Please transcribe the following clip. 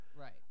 Right